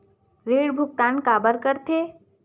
ऋण भुक्तान काबर कर थे?